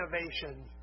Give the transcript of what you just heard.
innovation